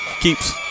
keeps